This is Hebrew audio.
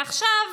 עכשיו